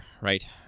right